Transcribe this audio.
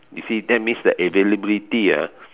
you see that means the availability ah